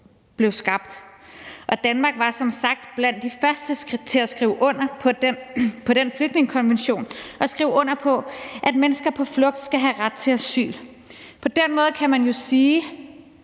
blev skabt, og Danmark var som sagt blandt de første til at skrive under på den flygtningekonvention og skrive under på, at mennesker på flugt skal have ret til asyl. På den måde kan man sige,